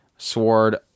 sword